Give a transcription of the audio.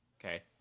Okay